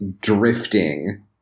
drifting